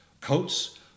coats